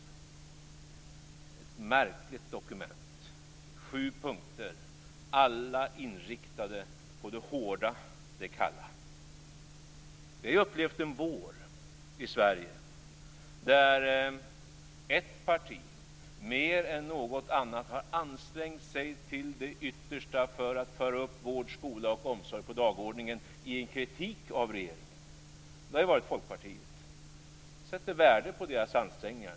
Det är ett märkligt dokument med sju punkter som alla är inriktade på det hårda och kalla. Det har ju varit Folkpartiet. Jag sätter värde på deras ansträngningar.